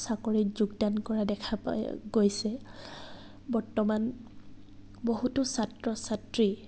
চাকৰিত যোগদান কৰা দেখা পাই গৈছে বৰ্তমান বহুতো ছাত্ৰ ছাত্ৰী